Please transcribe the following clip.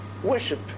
Worship